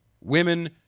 Women